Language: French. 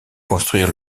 construire